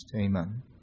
Amen